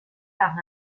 par